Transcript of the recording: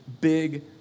big